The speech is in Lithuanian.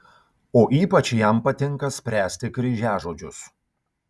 o ypač jam patinka spręsti kryžiažodžius